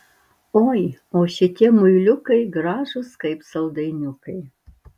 oi o šitie muiliukai gražūs kaip saldainiukai